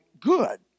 good